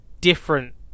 different